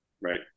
Right